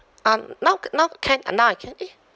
uh now now can ah now I can eh